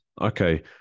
Okay